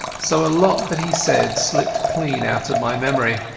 so a lot that he said slipped clean out of my memory.